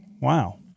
Wow